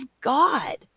God